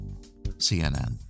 CNN